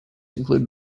include